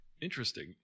Interesting